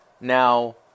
Now